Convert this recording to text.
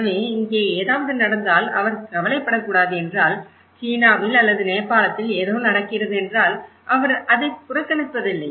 எனவே இங்கே ஏதாவது நடந்தால் அவர் கவலைப்படக்கூடாது என்றால் சீனாவில் அல்லது நேபாளத்தில் ஏதோ நடக்கிறது என்றால் அவர் அதை புறக்கணிப்பதில்லை